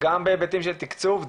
גם בהיבטים של תקצוב,